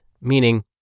meaning